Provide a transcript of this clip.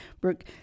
Brooke